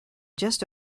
just